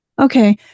Okay